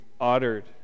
uttered